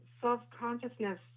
self-consciousness